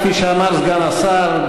כפי שאמר סגן השר,